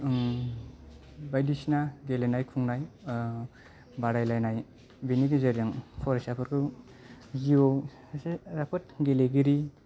बायदिसिना गेलेनांय खुंनाय बादायलायनाय बेनि गेजेरजों फरायसाफोरखौ जिउआव सासे राफोद गेलेगिरि